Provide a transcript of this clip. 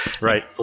right